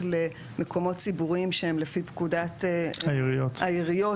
למקומות ציבוריים שהם לפי פקודת העיריות,